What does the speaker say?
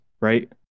right